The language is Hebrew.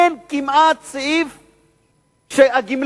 אין כמעט סעיף שהגמלאים,